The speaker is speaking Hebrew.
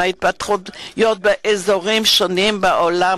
מההתפתחויות באזורים שונים בעולם,